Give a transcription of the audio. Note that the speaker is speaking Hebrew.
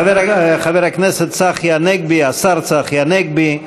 חבר הכנסת צחי הנגבי, השר צחי הנגבי,